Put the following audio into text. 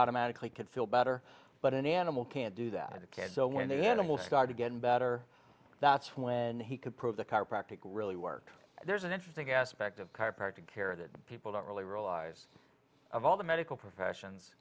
automatically could feel better but an animal can't do that again so when the animal scarred again better that's when he could prove the car practic really work there's an interesting aspect of chiropractor care that people don't really realize of all the medical professions